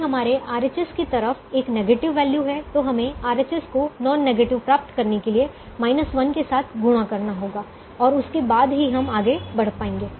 यदि हमारे RHS की तरफ एक नेगेटिव वैल्यू है तो हमें RHS को नॉन नेगेटिव प्राप्त करने के लिए 1 के साथ गुणा करना होगा और उसके बाद ही हम आगे बढ़ पाएंगे